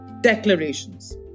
Declarations